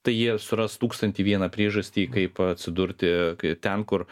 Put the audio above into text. tai jie suras tūkstantį vieną priežastį kaip atsidurti ten kur